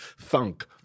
Thunk